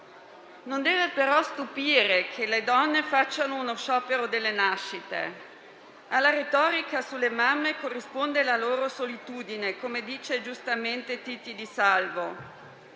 Non deve però stupire che le donne facciano uno sciopero delle nascite: alla retorica sulle mamme corrisponde la loro solitudine, come dice giustamente Titti di Salvo.